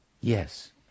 Yes